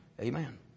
Amen